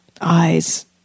eyes